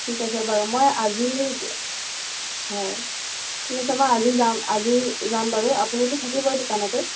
ঠিক আছে বাৰু মই আজি হয় ঠিক আছে মই আজি যাম আজি যাম বাৰু আপুনিতো থাকিবই দোকানতে